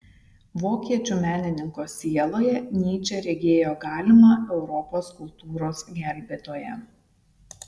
vokiečių menininko sieloje nyčė regėjo galimą europos kultūros gelbėtoją